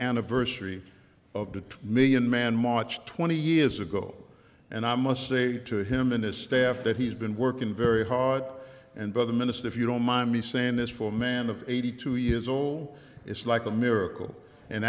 anniversary of the million man march twenty years ago and i must say to him and his staff that he's been working very hard and by the minister if you don't mind me saying this for a man of eighty two years old it's like a miracle in